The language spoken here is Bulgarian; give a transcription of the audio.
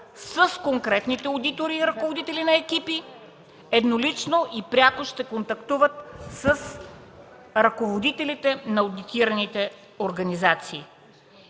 с конкретните одитори и ръководители на екипи,, еднолично и пряко ще контактуват с ръководителите на одитираните организации.